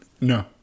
No